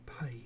pay